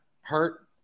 hurt